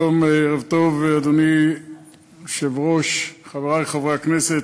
שלום, ערב טוב, אדוני היושב-ראש, חברי חברי הכנסת,